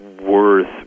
worth